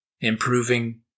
improving